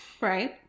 Right